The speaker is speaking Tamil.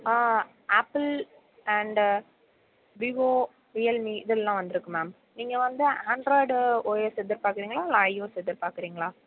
ah Apple and Vivo Realme இதெல்லாம் வந்திருக்கு மேம் நீங்கள் வந்து ஆன்ட்ராய்டு ஓஎஸ் எதிர்பார்க்கிறீங்களா இல்லை ஐஓஸ் எதிர்பார்க்கிறீங்களா